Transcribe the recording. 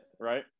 right